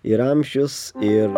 ir amžius ir